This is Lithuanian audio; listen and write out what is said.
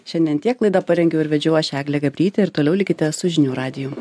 šiandien tiek laida parengiau ir vedžiau aš eglė gabrytė ir toliau likite su žinių radiju